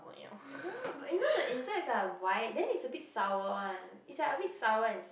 no but you know the insides are white then is a bit sour one is like a bit sour